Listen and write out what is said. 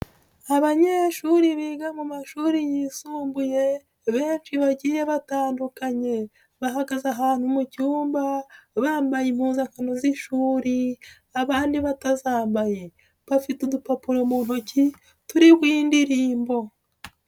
Abanyeshuri biga mu mashuri yisumbuye benshi bagiye batandukanye bahagaze ahantu mu cyumba bambaye impundakano z'ishuri abandi batazambaye, bafite udupapuro mu ntoki turiho indirimbo.